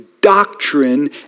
doctrine